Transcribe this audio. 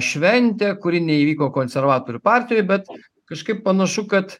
šventę kuri neįvyko konservatorių partijoj bet kažkaip panašu kad